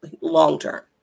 long-term